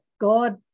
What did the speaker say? God